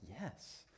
yes